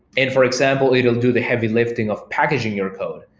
and for example, it will do the heavy lifting of packaging your code.